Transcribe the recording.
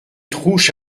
trouche